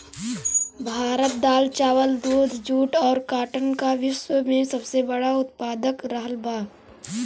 भारत दाल चावल दूध जूट और काटन का विश्व में सबसे बड़ा उतपादक रहल बा